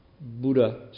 Buddha